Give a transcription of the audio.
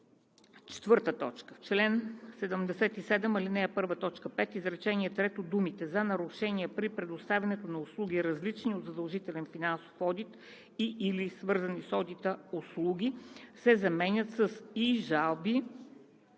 одитор.“ 4. В чл. 77, ал. 1, т. 5, изречение трето думите „за нарушения при предоставянето на услуги, различни от задължителен финансов одит и/или свързани с одита услуги“ се заменят с „и жалби,